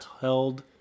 held